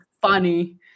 funny